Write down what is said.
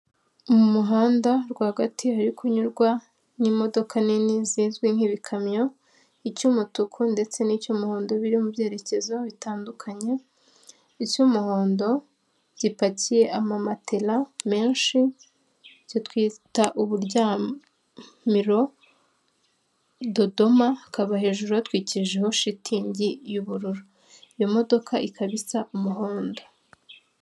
Mu muhanda rwagati hari kunyurwa n'imodoka nini zizwi nk'ibikamyo, icy'umutuku ndetse n'cy'umuhondo biri mu byerekezo bitandukanye, icy'umuhondo gipakiye ama matera menshi, icyo twita uburyamiro Dodoma, hakaba hejuru hatwikijeho shitingi y'ubururu, iyo modoka ikaba isa umuhondo.